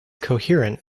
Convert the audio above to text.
coherent